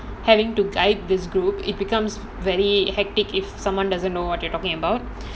having to guide this group it becomes very hectic if someone doesn't know what they're talking about